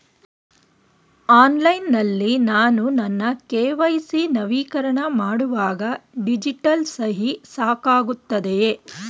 Online ನಲ್ಲಿ ನಾನು ನನ್ನ ಕೆ.ವೈ.ಸಿ ನವೀಕರಣ ಮಾಡುವಾಗ ಡಿಜಿಟಲ್ ಸಹಿ ಸಾಕಾಗುತ್ತದೆಯೇ?